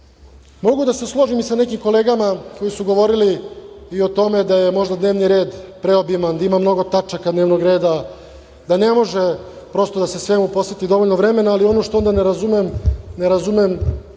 da se složim i sa nekim kolegama koje su govorile i o tome da je možda dnevni red preobiman, da ima mnogo tačaka dnevnog reda, da ne može prosto da se svemu posveti dovoljno vremena, ali ono što ovde ne razumem, ne razumem